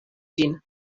ĝin